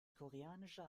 koreanische